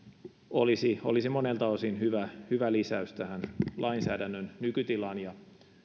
olisi olisi monelta osin hyvä hyvä lisäys tähän lainsäädännön nykytilaan ja